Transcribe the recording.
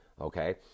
okay